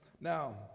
Now